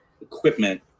equipment